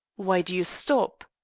why do you stop?